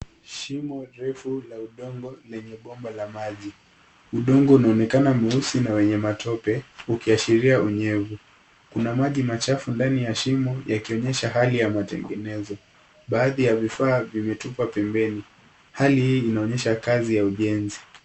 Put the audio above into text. Shimo refu la udongo lenye bomba la maji. Udongo unaonekana mweusi na wenye matope ukiashiria unyevu. Kuna maji machafu ndani ya shimo yakionyesha hali ya matengenezo. Baadhi ya vifaa viletupwa pembeni. Hali inaonyesha kazi ya ujenzi.